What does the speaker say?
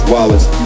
Wallace